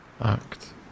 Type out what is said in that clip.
act